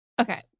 Okay